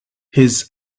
his